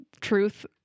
truth